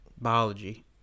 Biology